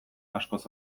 askoz